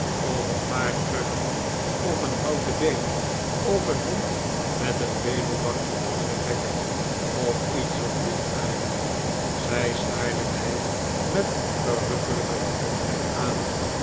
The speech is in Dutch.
of een paar krukken of een houten been of een hond met een bedelbakje in zijn bek of iets van dien aard zij staarde mij met verrukkelijke verwondering aan